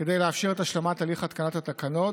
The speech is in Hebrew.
כדי לאפשר את השלמת הליך התקנת התקנות,